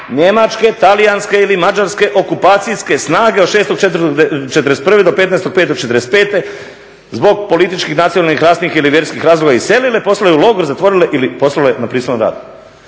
njemačke, talijanske ili mađarske okupacijske snage od 6.4.'41. do 15.5.'45. zbog političkih, nacionalnih, rasnih ili vjerskih razloga iselile, poslale u logor, zatvorile ili poslale na prisilan rad.